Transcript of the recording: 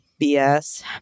BS